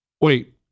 Wait